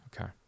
Okay